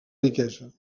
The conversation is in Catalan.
riquesa